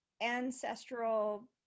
ancestral